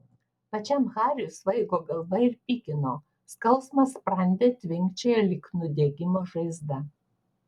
pačiam hariui svaigo galva ir pykino skausmas sprande tvinkčiojo lyg nudegimo žaizda